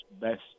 best